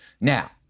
Now